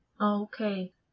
Okay